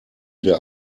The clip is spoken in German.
der